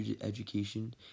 education